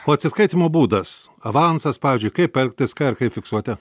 o atsiskaitymo būdas avansas pavyzdžiui kaip elgtis ką ir kaip fiksuoti